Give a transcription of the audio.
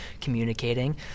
communicating